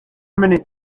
permanent